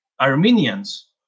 Armenians